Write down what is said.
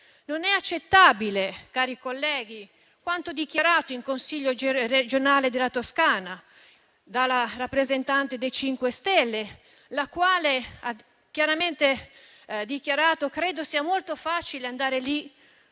Non è accettabile, cari colleghi, quanto dichiarato nel Consiglio regionale della Toscana dalla rappresentante dei 5 Stelle, la quale ha chiaramente dichiarato: credo sia molto facile andare lì